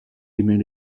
aimait